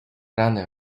ranę